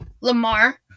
Lamar